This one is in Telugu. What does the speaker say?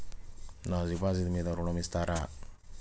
నా డిపాజిట్ మీద ఋణం ఇస్తారా?